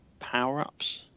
power-ups